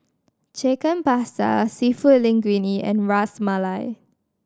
Chicken Pasta Seafood Linguine and Ras Malai